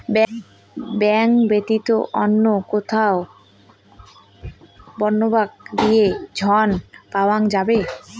Bank ব্যাতীত অন্য কোথায় বন্ধক দিয়ে ঋন পাওয়া যাবে?